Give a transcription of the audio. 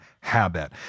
habit